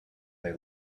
they